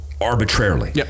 arbitrarily